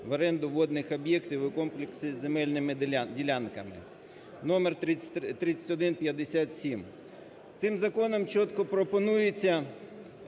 в оренду водних об'єктів у комплексі з земельними ділянками (номер 3157). Цим законом чітко пропонується